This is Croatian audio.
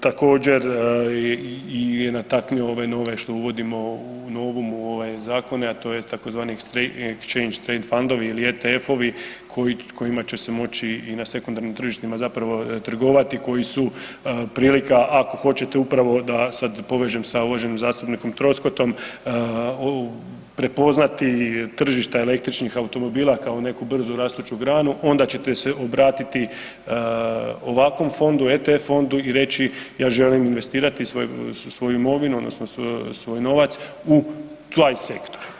Također je nataknuo ove nove što uvodimo novom u ove zakone, a to je tzv. strange changes trends fondovi ili RTF-ovi kojima će se moći i na sekundarnim tržištima zapravo trgovati, koji su prilika ako hoćete upravo da sad povežem sa uvaženim zastupnikom Troskotom prepoznati tržišta električnih automobila kao neku brzu rastuću granu onda ćete se obratiti ovakvom fondu, RTF fondu i reći ja želim investirati svoju imovinu odnosno svoj novac u taj sektor.